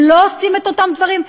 הם לא עושים את אותם דברים?